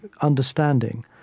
understanding